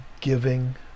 Giving